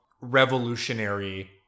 revolutionary